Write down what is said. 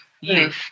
Yes